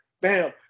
bam